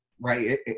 right